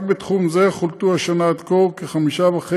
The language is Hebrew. רק בתחום זה חולטו השנה עד כה כ-5.5